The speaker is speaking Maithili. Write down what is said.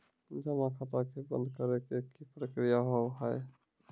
जमा खाता के बंद करे के की प्रक्रिया हाव हाय?